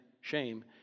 shame